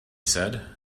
said